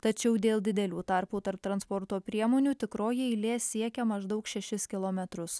tačiau dėl didelių tarpų tarp transporto priemonių tikroji eilė siekia maždaug šešis kilometrus